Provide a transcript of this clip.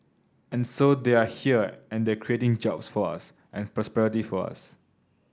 and so they are here and they are creating jobs for us and prosperity for us